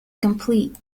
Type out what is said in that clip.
complete